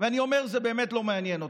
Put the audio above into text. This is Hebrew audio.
ואני אומר: זה באמת לא מעניין אותו.